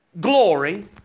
glory